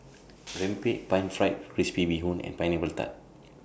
Rempeyek Pan Fried Crispy Bee Hoon and Pineapple Tart